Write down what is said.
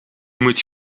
moet